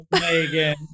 megan